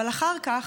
אבל אחר כך,